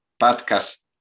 podcast